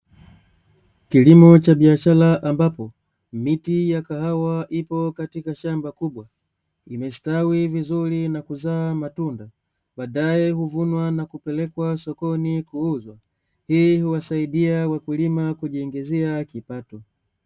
Kilimo cha biashara ambapo miti ya kahawa ipo katika shamba kubwa, imestawi vizuri na kuzaa matunda, baadaye huvunwa na kupelekwa sokoni kuuzwa. Hii huwasaidia wakulima kujiingizia kipato.